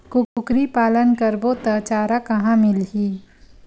कुकरी पालन करबो त चारा कहां मिलही?